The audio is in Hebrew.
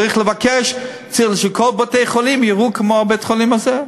שצריך לבקש שכל בתי-החולים ייראו כמו בית-החולים הזה.